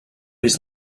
his